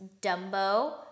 Dumbo